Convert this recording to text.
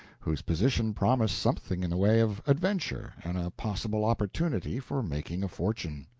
whose position promised something in the way of adventure and a possible opportunity for making a fortune.